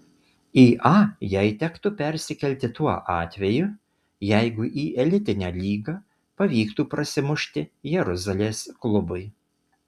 į a jai tektų persikelti tuo atveju jeigu į elitinę lygą pavyktų prasimušti jeruzalės klubui